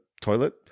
toilet